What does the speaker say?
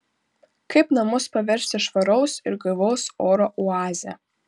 kaip namus paversti švaraus ir gaivaus oro oaze